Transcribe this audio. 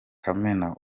kamena